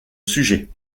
sujet